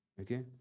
Okay